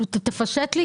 מה זה "תמיכה"?